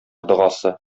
догасы